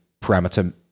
parameter